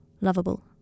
lovable